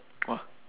!wah!